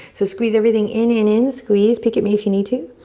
so squeeze everything in, in, in. squeeze. peek at me if you need to.